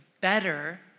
better